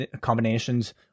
combinations